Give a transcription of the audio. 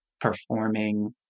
performing